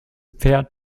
pferd